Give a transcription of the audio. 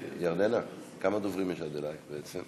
ירדנה, כמה דוברים יש עד אלי בעצם?